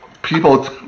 People